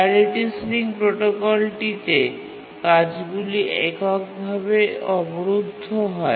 priority ceiling প্রোটোকলগুলিতে কাজগুলি এককভাবে অবরুদ্ধ হয়